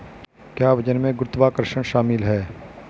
क्या वजन में गुरुत्वाकर्षण शामिल है?